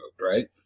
right